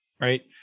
right